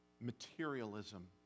materialism